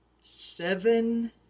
seven